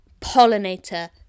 Pollinator